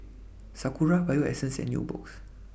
Sakura Bio Essence and Nubox